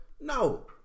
no